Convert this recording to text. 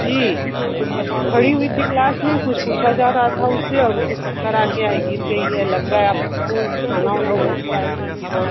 जी तो खड़ी हुई थी क्लास में कुछ पूछा जा रहा था उससे और उसे चक्कर आ गया है गिर गई है लग रहा है आप उसको खाना ओना नहीं खिलाए थे सुबह